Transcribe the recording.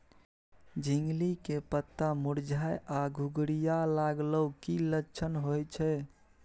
झिंगली के पत्ता मुरझाय आ घुघरीया लागल उ कि लक्षण होय छै?